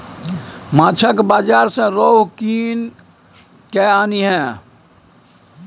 माछक बाजार सँ रोहू कीन कय आनिहे